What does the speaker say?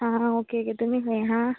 आं आं ओके तुमी खंय आहा